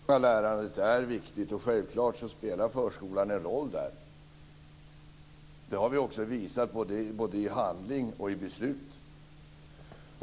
Fru talman! Det livslånga lärandet är viktigt. Självklart spelar förskolan en roll där. Det har vi också visat både i handling och i beslut.